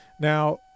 Now